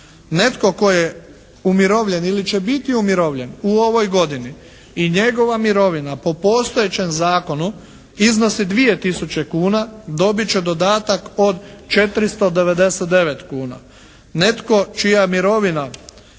Netko tko je umirovljen ili će biti umirovljen u ovoj godini i njegova mirovina po postojećem zakonu iznosi 2 tisuće kuna, dobit će dodatak od 499 kuna. Netko čija mirovina